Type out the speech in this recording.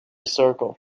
circle